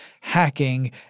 hacking